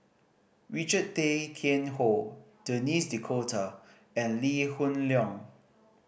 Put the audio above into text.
Richard Tay Tian Hoe Denis D'Cotta and Lee Hoon Leong